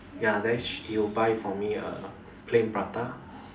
ya then sh~ he would buy for me a plain prata